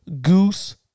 Goose –